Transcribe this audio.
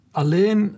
alleen